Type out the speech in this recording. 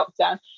lockdown